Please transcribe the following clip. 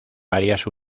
varias